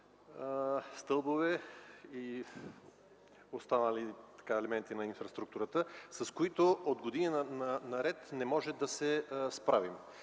стълбове и останали елементи на инфраструктурата, с които години наред не можем да се справим.